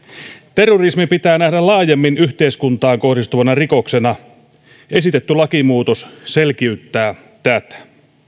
terrorismi pitää nähdä laajemmin yhteiskuntaan kohdistuvana rikoksena esitetty lakimuutos selkiyttää tätä